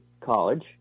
College